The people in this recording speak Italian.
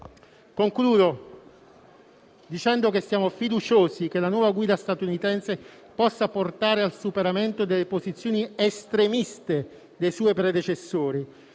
Concludo dicendo che siamo fiduciosi che la nuova guida statunitense potrà portare al superamento delle posizioni estremiste dei suoi predecessori,